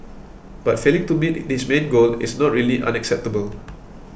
but failing to meet this main goal is not really unacceptable